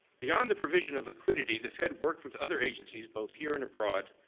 beyond the provision of liquidity, the fed worked with other agencies, both here and abroad,